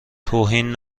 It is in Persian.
توهین